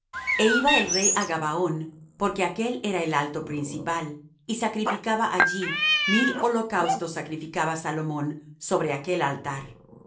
e iba el rey á gabaón porque aquél era el alto principal y sacrificaba allí mil holocaustos sacrificaba salomón sobre aquel altar